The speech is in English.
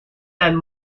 and